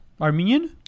Armenian